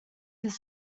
his